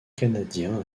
canadien